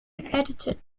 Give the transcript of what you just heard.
edited